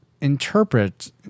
interpret